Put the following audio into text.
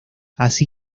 así